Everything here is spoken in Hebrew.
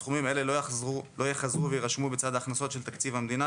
סכומים אלה לא יחזרו ויירשמו בצד ההכנסות של תקציב המדינה,